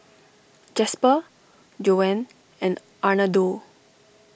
Jasper Joan and Arnoldo